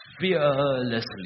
fearlessly